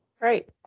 Great